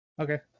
okay